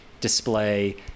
display